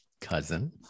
Cousin